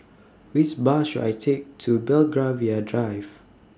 Which Bus should I Take to Belgravia Drive